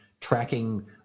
tracking